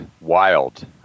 wild